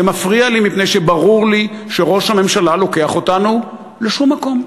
זה מפריע לי שמפני שברור לי שראש הממשלה לוקח אותנו לשום-מקום,